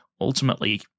ultimately